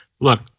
look